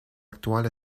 actual